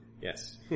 Yes